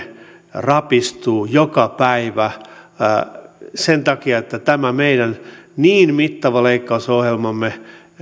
rapistuu joka päivä sen takia että tämä meidän niin mittava leikkausohjelmamme